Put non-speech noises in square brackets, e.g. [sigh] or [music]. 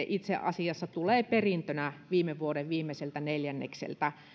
[unintelligible] itse asiassa tulee perintönä viime vuoden viimeiseltä neljännekseltä